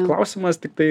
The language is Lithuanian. klausimas tiktai